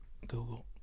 Google